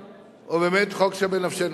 ועם ישראל חייב להמשיך להגן על